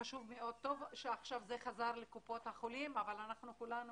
חשוב מאוד וטוב שעכשיו זה חזר לקופות החולים אבל אנחנו כולנו